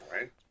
right